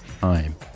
time